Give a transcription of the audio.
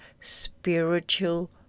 spiritual